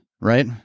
Right